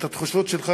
את התחושות שלך,